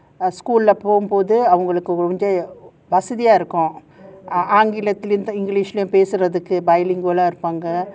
school போகும்போது அவங்களுக்கு வந்து வசதியா இருக்கும் ஆங்கிலத்திலும்:pogumbothu avangalukku vanthu vasathiyaa irukkum aangilathilayum english பேசறதுக்கு:pesarathukku billingual இருப்பாங்க:irupaanga